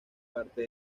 parte